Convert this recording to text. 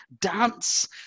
dance